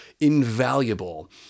invaluable